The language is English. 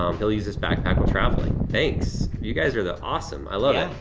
um he'll use this backpack while traveling. thanks, you guys are the awesome, i love it.